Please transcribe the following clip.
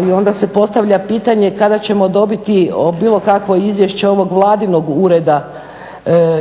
i onda se postavlja pitanje kada ćemo dobiti bilo kakvo izvješće ovog vladinog ureda